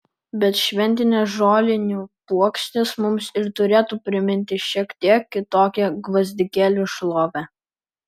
bet šventinės žolinių puokštės mums ir turėtų priminti šiek tiek kitokią gvazdikėlių šlovę